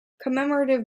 commemorative